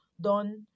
done